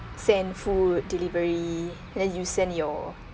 send food delivery then you send your